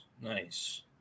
Nice